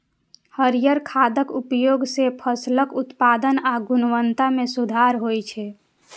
हरियर खादक उपयोग सं फसलक उत्पादन आ गुणवत्ता मे सुधार होइ छै